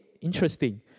interesting